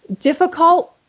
difficult